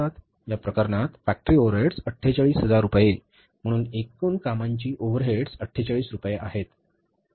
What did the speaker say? या प्रकरणात works overheads 48000 रुपये म्हणून एकूण कामांची ओव्हरहेड्स 48000 रुपये आहेत असे दिले आहे